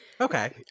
okay